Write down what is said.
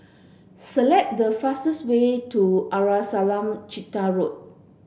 select the fastest way to Arnasalam Chetty Road